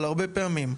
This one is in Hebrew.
אבל הרבה פעמים,